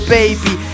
baby